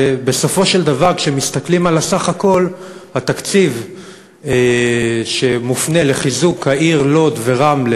ובסופו של דבר סך התקציב שמופנה לחיזוק הערים לוד ורמלה